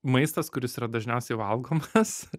maistas kuris yra dažniausiai valgomas